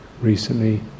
recently